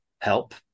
help